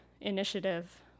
initiative